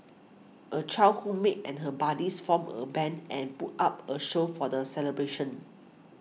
a childhood mate and her buddies formed a band and put up a show for the celebration